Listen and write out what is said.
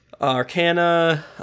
arcana